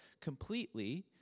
completely